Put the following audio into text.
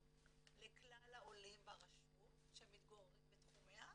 לכלל העולים ברשות שמתגוררים בתחומיה.